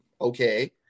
Okay